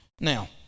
Now